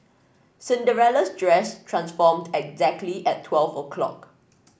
Cinderella's dress transformed exactly at twelve o'clock